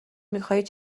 میخواهید